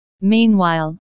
Meanwhile